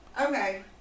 Okay